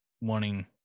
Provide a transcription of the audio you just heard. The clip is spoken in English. wanting